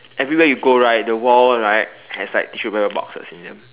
everywhere you go right the wall right has like tissue paper boxes in them